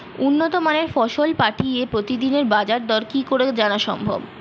উন্নত মানের ফসল পাঠিয়ে প্রতিদিনের বাজার দর কি করে জানা সম্ভব?